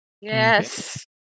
Yes